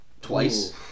twice